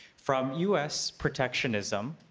from u s. protectionism,